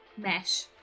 mesh